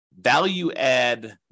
value-add